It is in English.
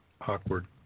awkward